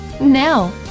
Now